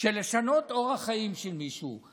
לשנות אורח חיים של מישהו.